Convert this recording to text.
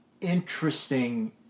interesting